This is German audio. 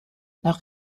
nach